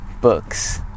books